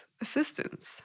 Assistance